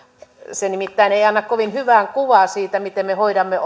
se nimittäin ei anna kovin hyvää kuvaa siitä miten me hoidamme